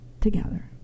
together